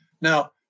Now